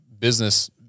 business